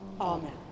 Amen